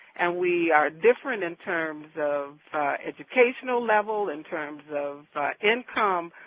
and we are different in terms of educational level, in terms of income.